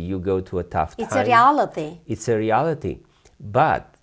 you go to a tough it's a reality it's a reality but